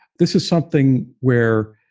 this is something where.